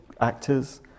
actors